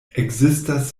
ekzistas